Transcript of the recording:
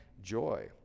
joy